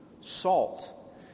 salt